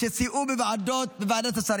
שסייעו בוועדת השרים,